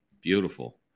Beautiful